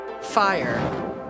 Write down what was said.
Fire